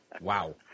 Wow